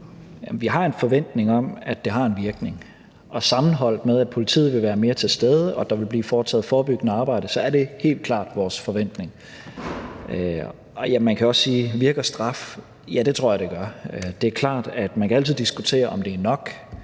Vi har en forventning om, at det har en virkning. Og sammenholdt med, at politiet vil være mere til stede, og at der vil blive foretaget forebyggende arbejde, er det helt klart vores forventning. Man kan også spørge: Virker straf? Ja, det tror jeg det gør. Det er klart, at man altid kan diskutere, om det er nok.